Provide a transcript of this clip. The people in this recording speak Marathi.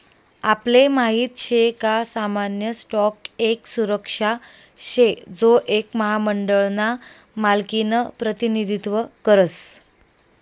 आपले माहित शे का सामान्य स्टॉक एक सुरक्षा शे जो एक महामंडळ ना मालकिनं प्रतिनिधित्व करस